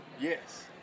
Yes